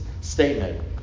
statement